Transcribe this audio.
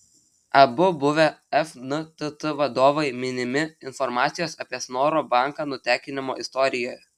abu buvę fntt vadovai minimi informacijos apie snoro banką nutekinimo istorijoje